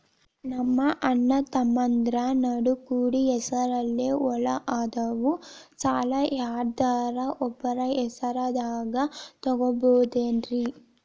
ನಮ್ಮಅಣ್ಣತಮ್ಮಂದ್ರ ನಡು ಕೂಡಿ ಹೆಸರಲೆ ಹೊಲಾ ಅದಾವು, ಸಾಲ ಯಾರ್ದರ ಒಬ್ಬರ ಹೆಸರದಾಗ ತಗೋಬೋದೇನ್ರಿ?